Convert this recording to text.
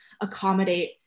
accommodate